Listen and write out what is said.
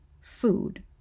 food